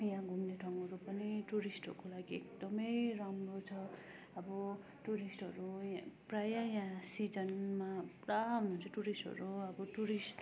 यहाँ घुम्ने ठाउँहरू पनि टुरिस्टहरूको लागि एकदमै राम्रो छ अब टुरिस्टहरू यहाँ प्रायः यहाँ सिजनमा पुरा हुन्छ टुरिस्टहरू अब टुरिस्ट